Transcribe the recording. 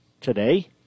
today